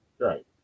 Right